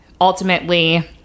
ultimately